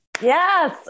Yes